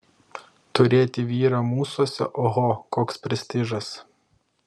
turėti vyrą mūsuose oho koks prestižas